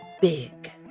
big